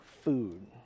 food